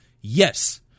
Yes